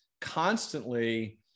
constantly